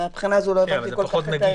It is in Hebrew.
מן הבחינה הזאת לא הבנתי כל כך את ההבדל.